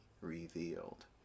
revealed